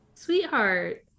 sweetheart